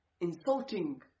insulting